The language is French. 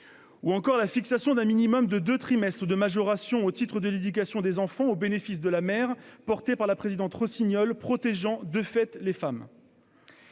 ! Nous avons fixé un minimum de deux trimestres de majoration au titre de l'éducation des enfants au bénéfice de la mère. Cette mesure, portée par la présidente Rossignol, protégera de fait les femmes.